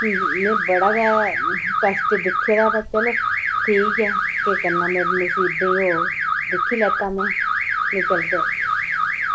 में बड़ा गै कश्ट दिक्खे दा बाऽ चलो ठीक ऐ केह् करना मेरे नसीबें ई होग दिक्खी लैता में ते जलदे